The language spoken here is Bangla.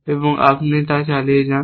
এবং আপনি তা চালিয়ে যান